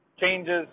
changes